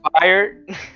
fired